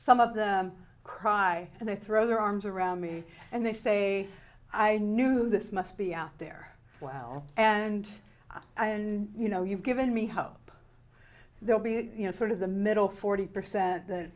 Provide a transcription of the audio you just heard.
some of them cry and they throw their arms around me and they say i knew this must be out there well and i and you know you've given me hope they'll be you know sort of the middle forty percent th